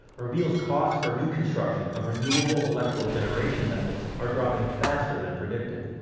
reveals costs for new construction of renewable electrical generation methods are dropping faster than predicted.